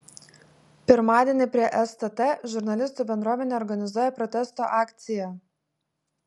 pirmadienį prie stt žurnalistų bendruomenė organizuoja protesto akciją